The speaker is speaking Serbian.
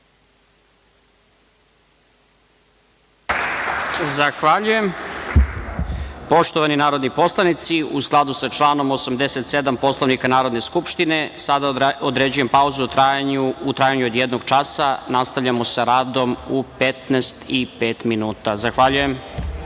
Zahvaljujem. Poštovani narodni poslanici, u skladu sa članom 87. Poslovnika Narodne skupštine, sada određujem pauzu u trajanju od jednog časa. Nastavljamo sa radom u 15 časova i pet minuta. Zahvaljujem.(Posle